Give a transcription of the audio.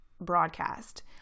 broadcast